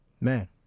Man